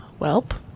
Welp